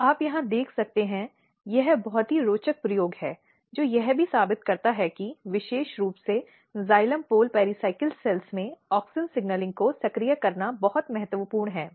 और आप यहां देख सकते हैं यह बहुत ही रोचक प्रयोग है जो यह भी साबित करता है कि विशेष रूप से जाइलम पोल पेराइकल कोशिकाओं में ऑक्सिन सिग्नलिंग को सक्रिय करना बहुत महत्वपूर्ण है